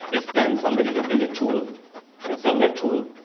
it's then somebody will build a tool and sell that tool,